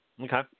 Okay